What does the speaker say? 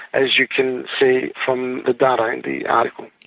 as you can see from the data in the article.